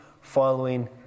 following